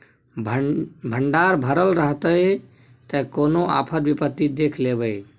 भंडार भरल रहतै त कोनो आफत विपति देख लेबै